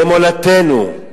במולדתנו,